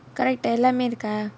correct எல்லாமே இருக்கா:ellamae irukkaa